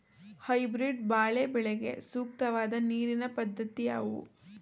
Hybrid ಬಾಳೆ ಬೆಳೆಗೆ ಸೂಕ್ತವಾದ ನೀರಿನ ಪದ್ಧತಿ ಯಾವುದು?